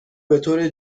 بطور